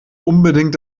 unbedingt